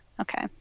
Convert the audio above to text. Okay